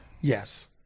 Yes